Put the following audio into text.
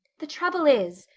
the trouble is,